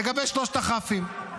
לגבי שלושת הכ"פים,